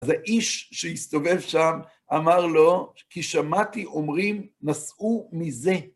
אז האיש שהסתובב שם אמר לו, כי שמעתי אומרים, נסעו מזה.